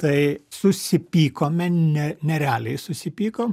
tai susipykome ne nerealiai susipykom